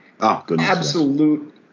Absolute